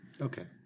Okay